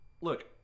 Look